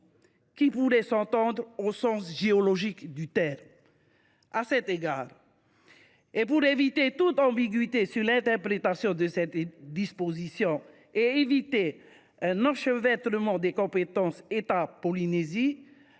qui pourrait s’entendre au sens géologique du terme ! À cet égard, pour éviter toute ambiguïté sur l’interprétation de cette disposition ainsi qu’un enchevêtrement des compétences entre